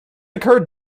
occurred